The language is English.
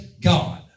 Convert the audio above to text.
God